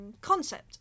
concept